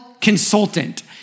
consultant